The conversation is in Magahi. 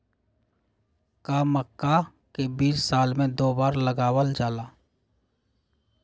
का मक्का के बीज साल में दो बार लगावल जला?